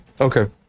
Okay